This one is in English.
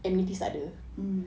mm